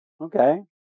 Okay